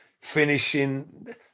finishing